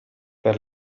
per